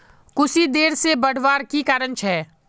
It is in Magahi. कुशी देर से बढ़वार की कारण छे?